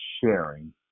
sharing